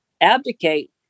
abdicate